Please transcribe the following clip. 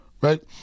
right